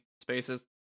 spaces